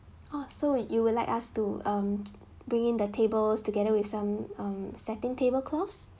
oh so you would like us to um bringing the tables together with some um setting table cloths